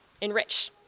enrich